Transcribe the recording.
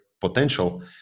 potential